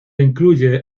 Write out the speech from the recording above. incluye